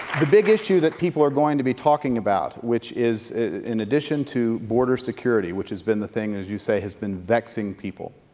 the big issue that people are going to be talking about, which is in addition to border security, which has been the thing, as you say, has been vexing people,